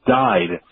died